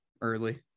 early